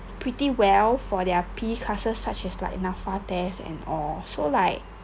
pretty well for their P_E classes such as like NAPFA and all so like